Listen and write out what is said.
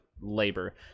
labor